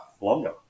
Longer